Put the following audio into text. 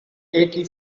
eighty